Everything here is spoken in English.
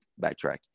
backtrack